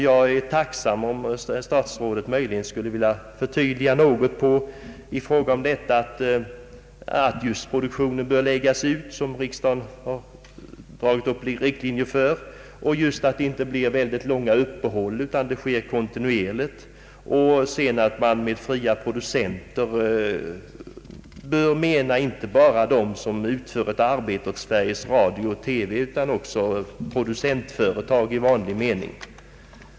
Jag är tacksam om statsrådet möjligen skulle vilja göra ett förtydligande när det gäller att kontinuerligt lägga ut produktion, som riksdagen har dragit upp riktlinjer för, och om att man med »fria producenter« bör avse inte bara de som utför ett arbete för Sveriges Radio utan även producentföretag i vanlig mening.